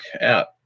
out